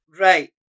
Right